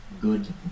good